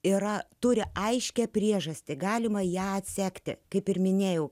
yra turi aiškią priežastį galima ją atsekti kaip ir minėjau